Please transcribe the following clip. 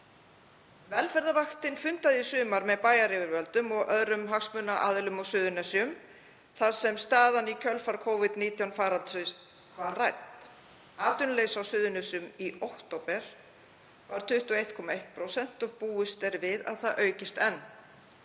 Velferðarvaktin fundað í sumar með bæjaryfirvöldum og öðrum hagsmunaaðilum á Suðurnesjum þar sem staðan í kjölfar Covid-19 faraldursins var rædd. Atvinnuleysi á Suðurnesjum í október var 21,1% og búist er við að það aukist enn.